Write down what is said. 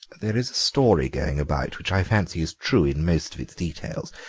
there is a story going about, which i fancy is true in most of its details,